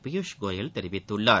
பியூஷ் கோயல் தெரிவித்துள்ளார்